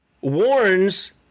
warns